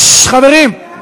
חברים,